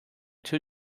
two